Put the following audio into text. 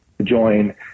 join